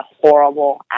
horrible